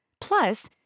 Plus